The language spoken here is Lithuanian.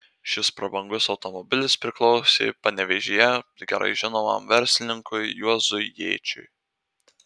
šis prabangus automobilis priklausė panevėžyje gerai žinomam verslininkui juozui jėčiui